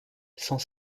cent